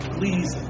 please